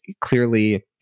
clearly